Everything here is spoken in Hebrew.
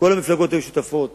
כל המפלגות היו שותפות